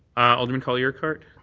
alderman colley-urquhart?